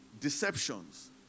deceptions